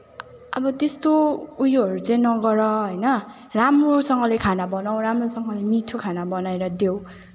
अब त्यस्तो उयोहरू चाहिँ नगर होइन राम्रोसँगले खाना बनाऊ राम्रोसँगले मिठो खाना बनाएर देऊ